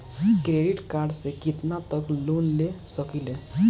Credit card से कितना तक लोन ले सकईल?